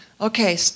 okay